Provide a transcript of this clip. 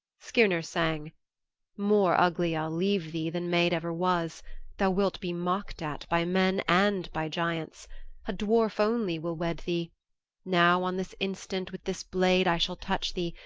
skirnir sang more ugly i'll leave thee than maid ever was thou wilt be mocked at by men and by giants a dwarf only will wed thee now on this instant with this blade i shall touch thee,